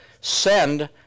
send